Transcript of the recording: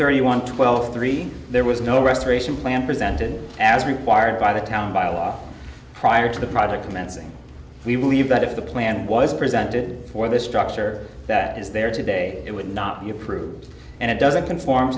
thirty one twelve three there was no restoration plan presented as required by the town by a law prior to the project commencing we believe that if the plan was presented for the structure that is there today it would not be approved and it doesn't conform